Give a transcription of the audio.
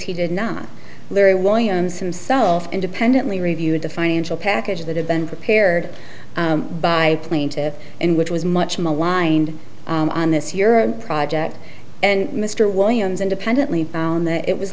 he did not larry williams himself independently reviewed the financial package that had been prepared by plaintive in which was much maligned on this euro project and mr williams independently found that it was